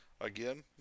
Again